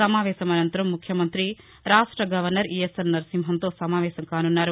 సమావేశం అనంతరం ముఖ్యమంతి రాష్ట గవర్నర్ ఈఎస్ఎల్ నరసింహన్తో సమావేశం కానున్నారు